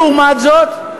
לעומת זאת,